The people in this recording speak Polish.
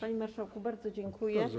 Panie marszałku, bardzo dziękuję.